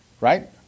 right